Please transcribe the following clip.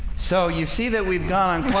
so you see that we've gone